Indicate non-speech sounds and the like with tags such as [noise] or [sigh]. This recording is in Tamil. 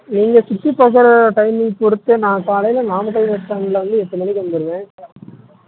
நீங்கள் சுற்றி பார்க்குற டைம்மிங் பொறுத்து நான் காலையில் நாலு [unintelligible] எட்டர மணிக்கு வந்துருவேன்